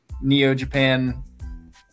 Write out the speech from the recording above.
Neo-Japan